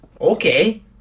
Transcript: Okay